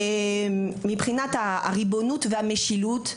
על הריבונות והמשילות,